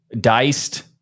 diced